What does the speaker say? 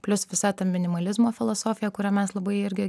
plius visa ta minimalizmo filosofija kurią mes labai irgi